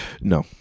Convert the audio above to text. No